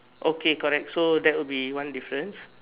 okay correct so that will be one difference